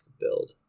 build